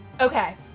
Okay